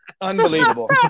Unbelievable